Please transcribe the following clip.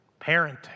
parenting